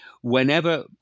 whenever